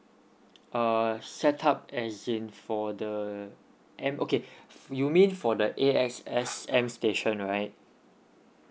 err setup as in for the M okay you mean for the A_X_S M station right